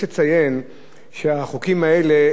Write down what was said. יש לציין שהחוקים האלה,